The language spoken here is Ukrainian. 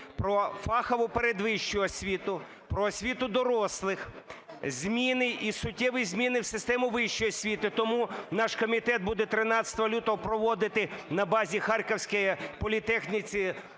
про фахову передвищу освіту, про освіту дорослих, зміни і суттєві зміни в систему вищої освіти. Тому наш комітет буде 13 лютого проводити на базі Харківської політехніки